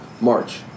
March